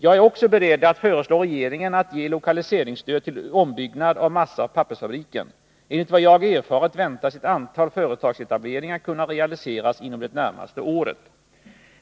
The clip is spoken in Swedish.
Jag är också beredd att föreslå regeringen att ge lokaliseringsstöd till ombyggnad av massaoch pappersfabriken. Enligt vad jag erfarit väntas ett antal företagsetableringar kunna realiseras inom det närmaste året.